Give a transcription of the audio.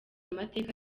amateka